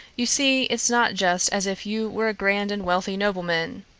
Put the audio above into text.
you see, it's not just as if you were a grand and wealthy nobleman.